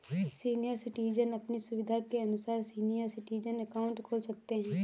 senior citizen अपनी सुविधा के अनुसार सीनियर सिटीजन अकाउंट खोल सकते है